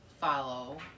follow